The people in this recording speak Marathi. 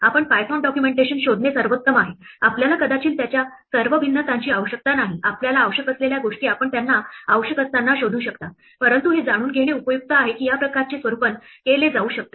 आपण पायथोन डॉक्युमन्टेशन शोधणे सर्वोत्तम आहे आपल्याला कदाचित त्याच्या सर्व भिन्नतांची आवश्यकता नाही आपल्याला आवश्यक असलेल्या गोष्टी आपण त्यांना आवश्यक असताना शोधू शकता परंतु हे जाणून घेणे उपयुक्त आहे की या प्रकारचे स्वरूपन केले जाऊ शकते